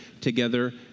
together